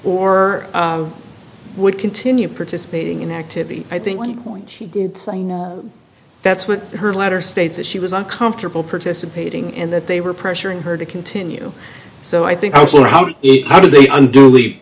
or would continue participating in activity i think one point she did that's what her letter states that she was uncomfortable participating and that they were pressuring her to continue so i think also how it how do they